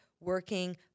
working